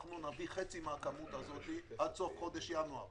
נביא חצי מהכמות הזו עד סוף חודש ינואר.